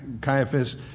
Caiaphas